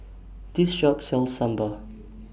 This Shop sells Sambar